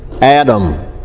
Adam